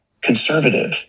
conservative